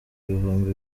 ibihumbi